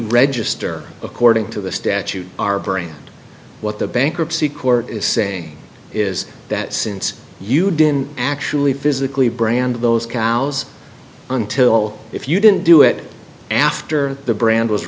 register according to the statute our brain what the bankruptcy court is saying is that since you didn't actually physically brand those cows until if you didn't do it after the bra